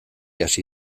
hasi